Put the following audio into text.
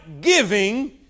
giving